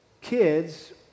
kids